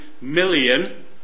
million